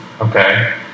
Okay